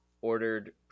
ordered